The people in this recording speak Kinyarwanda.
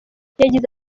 yagize